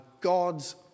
God's